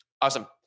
Awesome